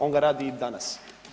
On ga radi i danas.